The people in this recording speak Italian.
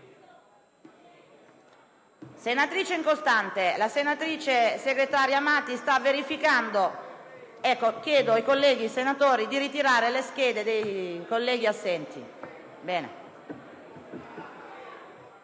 Senatrice Incostante, la senatrice Segretario Amati sta verificando. Chiedo ai colleghi senatori di ritirare le schede dei colleghi assenti.